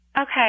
Okay